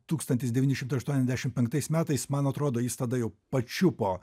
tūkstantis devyni šimtai aštuoniasdešimt penktais metais man atrodo jis tada jau pačiupo